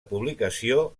publicació